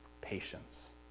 Patience